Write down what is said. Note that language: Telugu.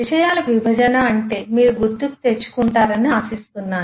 విషయాల విభజన అంటే మీరు గుర్తుకు తెచ్చుకుంటారు అని ఆశిస్తున్నాను